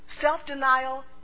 Self-denial